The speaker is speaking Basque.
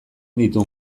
ditu